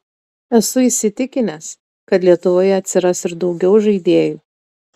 esu įsitikinęs kad lietuvoje atsiras ir daugiau žaidėjų